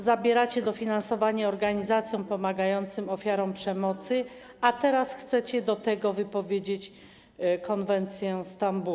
Zabieracie dofinansowanie organizacjom pomagającym ofiarom przemocy, a teraz chcecie do tego wypowiedzieć konwencję stambulską.